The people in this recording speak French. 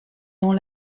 dans